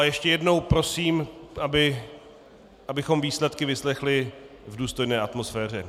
Ještě jednou prosím, abychom výsledky vyslechli v důstojné atmosféře.